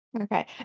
Okay